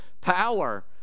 power